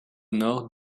nord